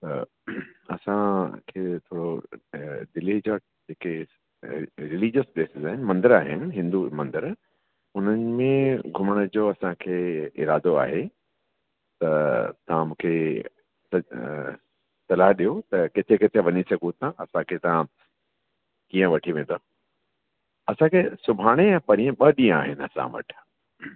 असां खे थोरो दिल्लीअ जा जेके रिलीजियस प्लेसिस आहिनि मंदर आहिनि हिंदू मंदिर हुननि में घुमण जो असांखे इरादो आहे त तव्हां मूंखे सलाह ॾेयो त किथे किथे वञी सघूं था असांखे तव्हां कीअं वठी वेंदा असांखे सुभाणे ऐं पणिए ॿ ॾींहं आहिनि असां वटि